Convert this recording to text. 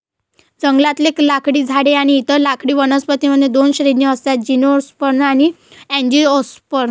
जंगलातले लाकडी झाडे आणि इतर लाकडी वनस्पतीं मध्ये दोन श्रेणी असतातः जिम्नोस्पर्म आणि अँजिओस्पर्म